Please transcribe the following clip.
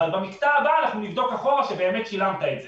אבל במקטע הבא אנחנו נבדוק אחורה שבאמת שילמת את זה.